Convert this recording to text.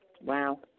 Wow